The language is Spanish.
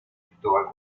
cristóbal